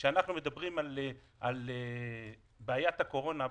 כאשר אנחנו מדברים על בעיית הקורונה,